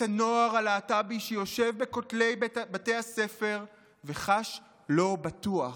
את הנוער הלהט"בי שיושב בין כותלי בתי הספר וחש לא בטוח,